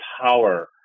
power